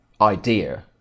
idea